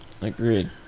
Agreed